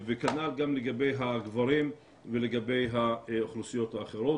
כנ"ל גם לגבי הגברים ולגבי האוכלוסיות האחרות.